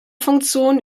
funktion